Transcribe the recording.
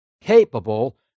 capable